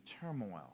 turmoil